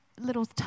little